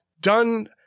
done